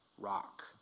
rock